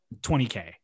20k